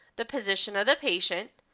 the position of the patient,